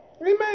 Amen